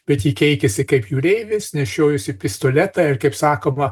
bet ji keikėsi kaip jūreivis nešiojosi pistoletą ir kaip sakoma